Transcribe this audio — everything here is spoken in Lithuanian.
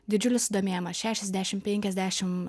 didžiulis sudomėjimas šešiasdešim penkiasdešim